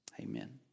Amen